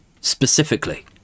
specifically